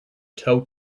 toe